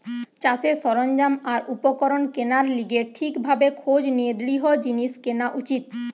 চাষের সরঞ্জাম আর উপকরণ কেনার লিগে ঠিক ভাবে খোঁজ নিয়ে দৃঢ় জিনিস কেনা উচিত